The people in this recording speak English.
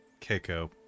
Keiko